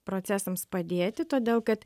procesams padėti todėl kad